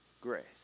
grace